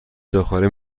جاخالی